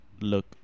look